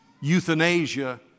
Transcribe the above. Euthanasia